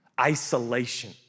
isolation